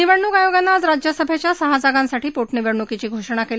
निवडणूक आयोगानं आज राज्यसभेच्या सहा जागांसाठी पो निवडणुकीची घोषणा केली